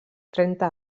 trenta